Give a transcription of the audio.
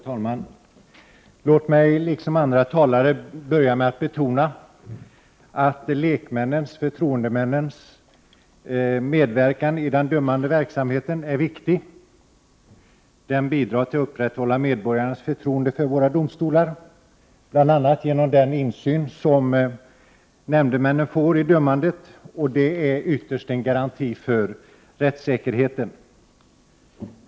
Herr talman! Låt mig, liksom tidigare talare, börja med att betona att lekmännens, dvs. förtroendemännens, medverkan i den dömande verksamheten är viktig. Den bidrar till att upprätthålla medborgarnas förtroende för våra domstolar, bl.a. genom den insyn nämndemännen får i dömandet. Det är ytterst en garanti för rättssäkerheten.